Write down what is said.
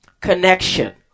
connection